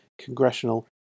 Congressional